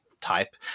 type